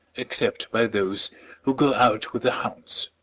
except by those who go out with the hounds.